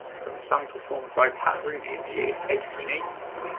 from a song performed by pat rooney in the eighteen eighty s.